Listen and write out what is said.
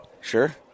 Sure